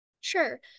Sure